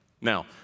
Now